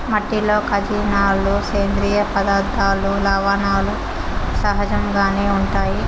మట్టిలో ఖనిజాలు, సేంద్రీయ పదార్థాలు, లవణాలు సహజంగానే ఉంటాయి